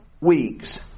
Weeks